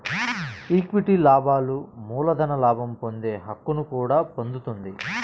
equity లాభాలు మూలధన లాభం పొందే హక్కును కూడా పొందుతుంది